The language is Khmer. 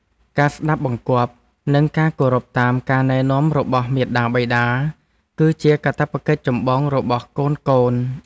ការស្តាប់បង្គាប់ និងការគោរពតាមការណែនាំរបស់មាតាបិតា គឺជាកាតព្វកិច្ចចម្បងរបស់កូនៗ។